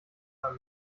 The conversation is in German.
beim